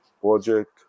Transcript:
Project